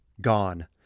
gone